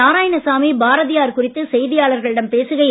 நாராயணசாமி பாரதியார் குறித்து செய்தியாளர்களிடம் பேசுகையில்